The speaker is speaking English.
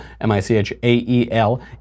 M-I-C-H-A-E-L